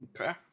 Okay